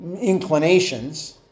inclinations